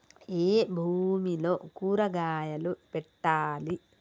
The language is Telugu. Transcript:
ఏ భూమిలో కూరగాయలు పెట్టాలి?